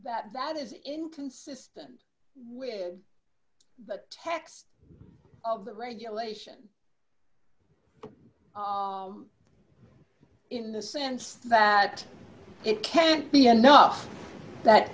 that that is inconsistent with the text of the regulation in the sense that it can't be enough that